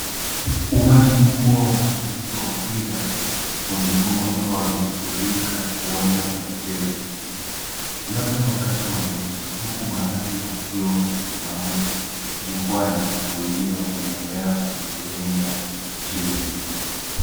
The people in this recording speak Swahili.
Umati mkubwa wa mashabiki wa mpira wa miguu waikiwa wamefurika, uwanja wa mchezo. Labda wakati wa mechi, huku baadhi wakiwa wamesimama, jukwaani na wengine wakiitembea kwenye sehemu ya chini.